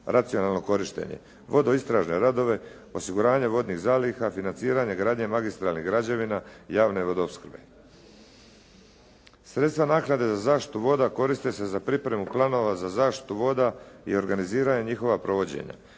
racionalno korištenje, vodoistražne radove, osiguranje vodnih zaliha, financiranje gradnje magistralnih građevina javne vodoopskrbe. Sredstva naknade za zaštitu voda koristi se za pripremu planova za zaštitu voda i organiziranja njihova provođenja,